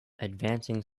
advancing